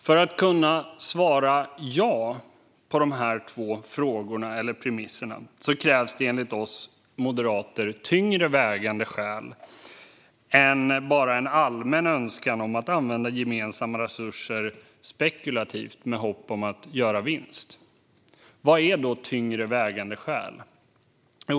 För att man ska kunna svara ja på dessa två frågor, eller premisser, krävs det enligt oss moderater tyngre vägande skäl än bara en allmän önskan om att använda gemensamma resurser spekulativt med hopp om att göra vinst. Vad är då tyngre vägande skäl?